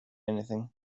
anything